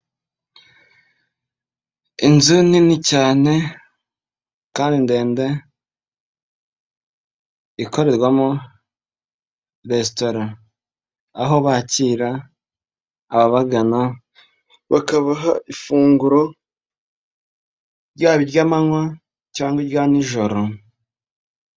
Inzu nini cyane kandi ndende ikorerwamo resitora. Aho bakira ababagana bakabaha ifunguro ryaba iry'amanywa cyangwa irya nijoro.